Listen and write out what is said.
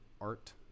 art